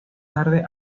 tarde